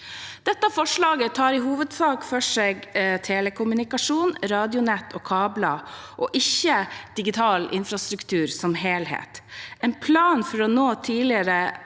Dette forslaget tar i hovedsak for seg telekommunikasjon, radionett og kabler, ikke digital infrastruktur som helhet. En plan for å nå tidligere